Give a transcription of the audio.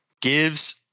gives